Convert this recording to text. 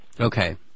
Okay